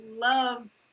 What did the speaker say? loved